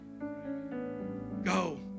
go